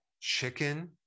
chicken